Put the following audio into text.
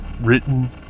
Written